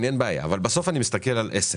אין בעיה, אבל בסוף אני מסתכל על עסק.